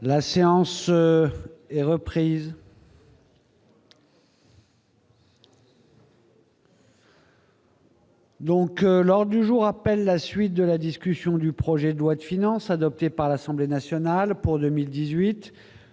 La séance est reprise. Donc, lors du jour appelle la suite de la discussion du projet de loi de finances adoptées par l'Assemblée nationale pour 2018